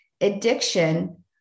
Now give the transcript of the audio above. addiction